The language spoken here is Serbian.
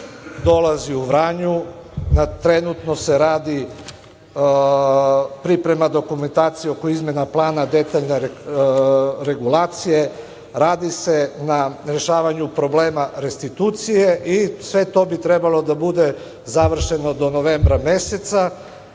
dolazi u Vranje. Trenutno se radi priprema dokumentacije oko izmena plana detaljne regulacije, radi se na rešavanju problema restitucije. Sve to bi trebalo da bude završeno do novembra meseca